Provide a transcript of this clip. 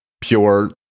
pure